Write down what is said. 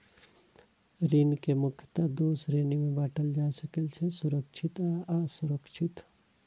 ऋण कें मुख्यतः दू श्रेणी मे बांटल जा सकै छै, सुरक्षित आ असुरक्षित